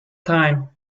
time